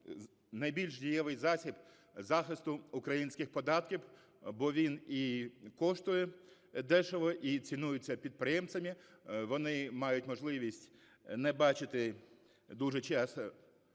найбільш дієвий засіб захисту українських податків, бо він і коштує дешево, і цінується підприємцями, вони мають можливість не бачити дуже часто